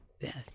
Yes